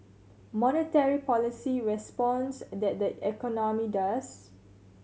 monetary policy responds tat the economy does